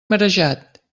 marejat